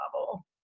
level